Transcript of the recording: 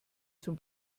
zum